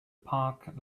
park